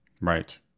right